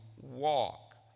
walk